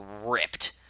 ripped